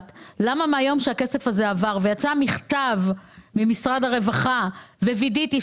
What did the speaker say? למה מהיום שהכסף הזה הגיע למשרד הבריאות הוא לא ניתן